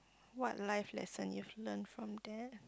what life lesson you've learnt from that